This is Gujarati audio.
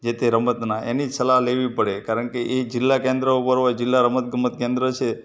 જે તે રમતના એની જ સલાહ લેવી પડે કારણ કે એ જિલ્લા કેન્દ્રો ઉપર હોય જિલ્લા રમત ગમત કેન્દ્ર છે